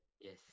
Yes